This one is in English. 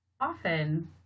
often